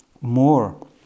more